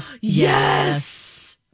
Yes